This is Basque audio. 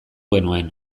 genuen